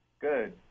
Good